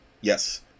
yes